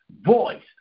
voice